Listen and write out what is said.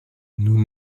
nous